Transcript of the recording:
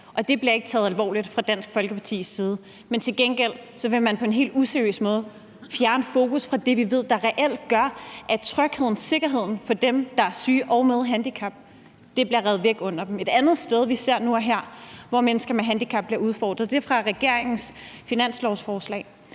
det bliver ikke taget alvorligt fra Dansk Folkepartis side. Men til gengæld vil man på en helt useriøs måde fjerne fokus fra det, vi ved reelt gør, at trygheden og sikkerheden for dem, der er syge og med handicap, bliver revet væk under dem. Et andet sted, vi ser nu og her, hvor mennesker med handicap bliver udfordret, er i regeringens finanslovsforslag,